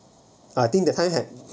I think that time have